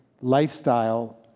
lifestyle